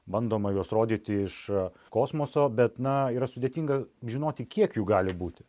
bandoma juos rodyti iš kosmoso bet na yra sudėtinga žinoti kiek jų gali būti